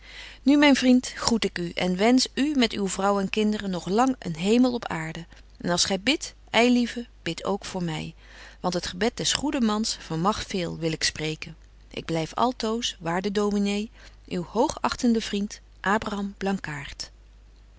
nu myn vriend groet ik u en wensch betje wolff en aagje deken historie van mejuffrouw sara burgerhart u met uw vrouw en kinderen nog lang een hemel op aarde en als gy bid ei lieve bid ook voor my want het gebed des goeden mans vermag veel wil ik spreken ik blyf altoos wa a r